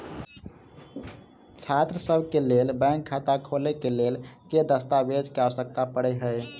छात्रसभ केँ लेल बैंक खाता खोले केँ लेल केँ दस्तावेज केँ आवश्यकता पड़े हय?